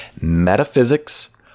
metaphysics